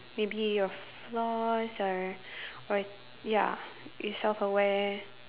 maybe your flaws your or ya you self aware